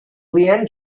leanne